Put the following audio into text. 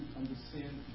understand